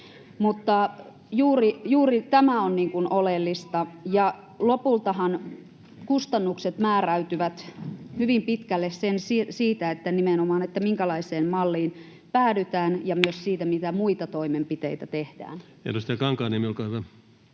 Juuri tämä on oleellista, ja lopultahan kustannukset määräytyvät hyvin pitkälle nimenomaan siitä, minkälaiseen malliin päädytään, ja myös siitä, mitä muita toimenpiteitä tehdään. Edustaja Kankaanniemi, olkaa hyvä.